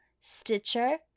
Stitcher